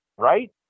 right